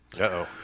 uh-oh